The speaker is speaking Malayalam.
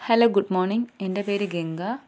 ഹലോ ഗുഡ് മോണിങ് എൻ്റെ പേര് ഗംഗ